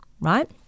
right